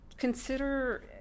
Consider